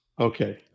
Okay